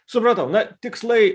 supratau na tikslai